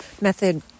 method